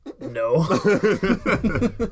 No